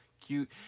cute